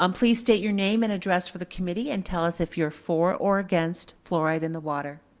um please state your name and address for the committee and tell us if you're for or against fluoride in the water.